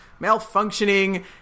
malfunctioning